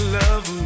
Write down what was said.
love